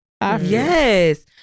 Yes